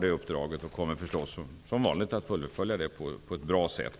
detta uppdrag och kommer förstås som vanligt att fullfölja det på ett bra sätt.